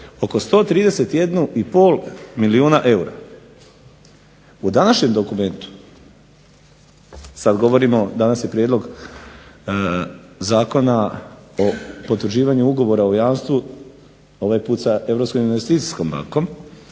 oko 131,5 milijuna eura. U današnjem dokumentu sada govorimo, danas je prijedlog Zakona o potvrđivanju ugovora o jamstvu ovaj put sa Europskom investicijskom bankom